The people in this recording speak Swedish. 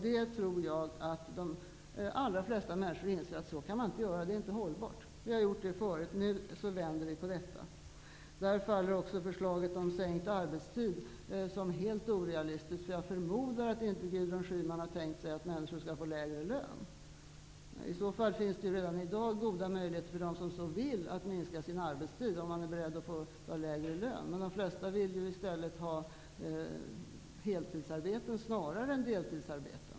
Det tror jag att de allra flesta människor inser att man inte kan göra. Det är inte hållbart. Vi har gjort det förut, nu vänder vi på detta. Där faller också förslaget om sänkt arbetstid, som är helt orealistiskt. För jag förmodar att Gudrun Schyman inte har tänkt sig att människor skall få lägre lön. I så fall finns det redan i dag goda möjligheter för dem som vill att minska sin arbetstid. Men de flesta vill snarare ha heltidsarbete än deltidsarbete.